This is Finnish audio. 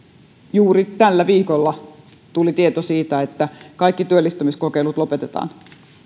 juuri tällä viikolla tuli tieto siitä että kaikki työllistämiskokeilut lopetetaan